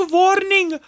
warning